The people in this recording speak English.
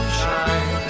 shine